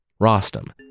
Rostam